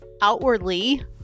outwardly